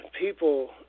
people